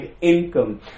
income